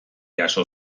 jaso